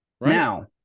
Now